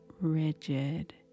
rigid